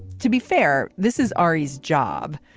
to be fair. this is ari's job.